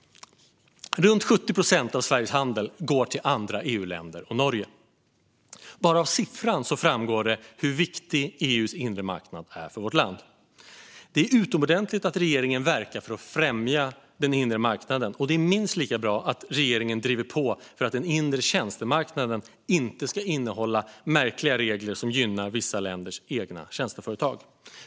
Runt 70 procent av Sveriges handel går till andra EU-länder och Norge. Bara av denna siffra framgår det hur viktig EU:s inre marknad är för vårt land. Det är utomordentligt att regeringen verkar för att främja den inre marknaden, och det är minst lika bra att regeringen driver på för att den inre tjänstemarknaden inte ska innehålla märkliga regler som gynnar vissa länders egna tjänsteföretag.